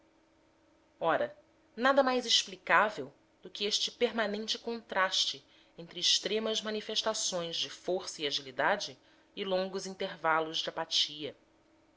ora nada mais explicável do que este permanente contraste entre extremas manifestações de força e agilidade e longos intervalos de apatia